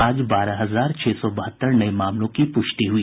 आज बारह हजार छह सौ बहत्तर नये मामलों की पुष्टि हुई